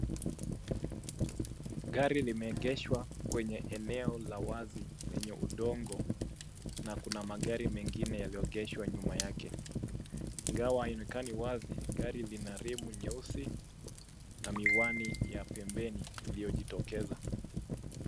Gari limeegeshwa kwenye eneo la wazi lenye udongo na kuna magari mengine yaliyoegeshwa nyuma yake. Ingawa haionekani wazi, gari lina rimu nyeusi, na miwani ya pembeni iliyojitokeza.